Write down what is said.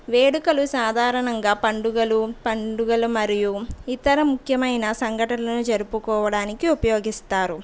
వేడుకలు సాధారణంగా పండుగలు పండుగలు మరియు ఇతర ముఖ్యమైన సంఘటనలు జరుపుకోవడానికి ఉపయోగిస్తారు